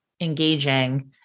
engaging